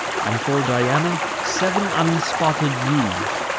and for diana sev'n unspotted ewes.